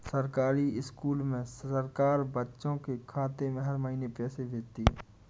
सरकारी स्कूल में सरकार बच्चों के खाते में हर महीने पैसे भेजती है